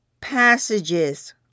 passages